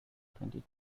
twenty